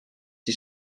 die